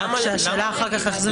השאלה איך אחר כך זה משתלב.